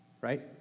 Right